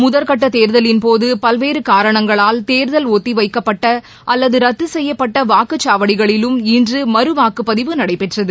முதற்கட்ட தேர்தலின்போது பல்வேறு காரணங்களால் தேர்தல் ஒத்திவைக்கப்பட்ட அல்லது ரத்து செய்யப்பட்ட வாக்குச்சாவடிகளிலும் இன்று மறு வாக்குப்பதிவு நடைபெற்றது